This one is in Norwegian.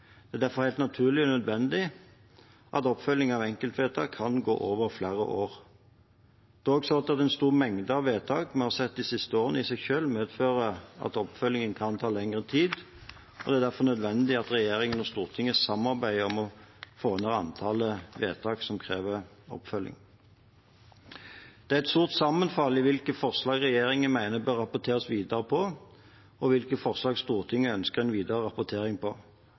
Det er derfor helt naturlig og nødvendig at oppfølging av enkeltvedtak kan gå over flere år. Det er også sånn at en stor mengde av vedtak vi har sett de siste årene, i seg selv medfører at oppfølgingen kan ta lengre tid, og det er derfor nødvendig at regjeringen og Stortinget samarbeider om å få ned antallet vedtak som krever oppfølging. Det er et stort sammenfall i hvilke forslag regjeringen mener det bør rapporteres videre på, og hvilke forslag Stortinget ønsker en videre rapportering på.